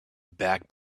back